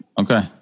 Okay